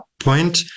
point